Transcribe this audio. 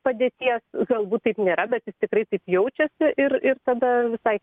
padėties galbūt taip nėra bet jis tikrai taip jaučiasi ir ir tada visai